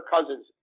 Cousins